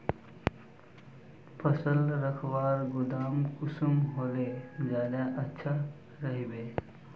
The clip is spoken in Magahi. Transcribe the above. फसल रखवार गोदाम कुंसम होले ज्यादा अच्छा रहिबे?